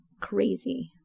crazy